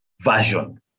version